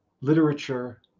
literature